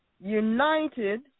united